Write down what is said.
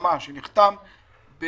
הסכמה שנחתם,